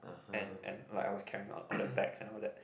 and and like I was carrying all the bags and all that